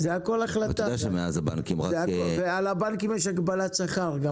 ועל הבנקים יש הגבלת שכר.